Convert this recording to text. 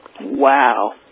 wow